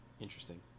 Interesting